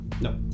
no